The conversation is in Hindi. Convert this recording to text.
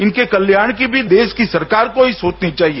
इनके कल्याण की भी देश की सरकार को ही सोचनी चाहिए